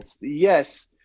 Yes